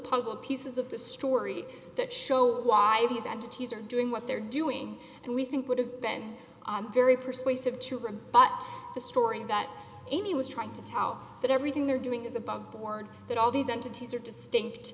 puzzle pieces of the story that show why these entities are doing what they're doing and we think would have been very persuasive to rebut the story that he was trying to tell that everything they're doing is above board that all these entities are distinct